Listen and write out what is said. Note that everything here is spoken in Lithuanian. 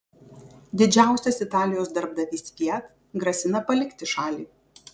didžiausias italijos darbdavys fiat grasina palikti šalį